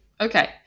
okay